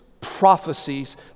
prophecies